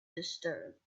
disturbed